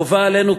חובה עלינו,